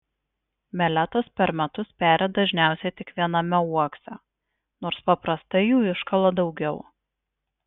meletos per metus peri dažniausiai tik viename uokse nors paprastai jų iškala daugiau